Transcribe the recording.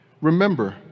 remember